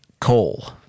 coal